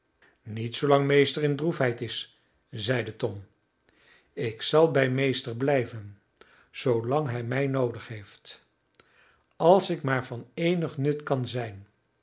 niet zoolang meester in droefheid is zeide tom ik zal bij meester blijven zoolang hij mij noodig heeft als ik maar van eenig nut kan zijn